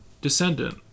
Descendant